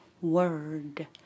word